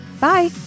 Bye